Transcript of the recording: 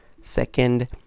Second